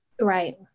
Right